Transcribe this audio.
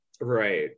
right